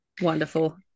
wonderful